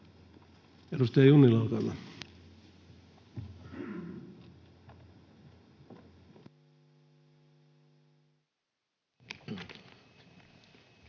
Edustaja Junnila, olkaa hyvä.